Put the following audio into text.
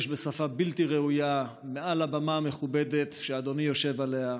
בשפה בלתי ראויה מעל הבמה המכובדת שאדוני יושב עליה,